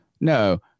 No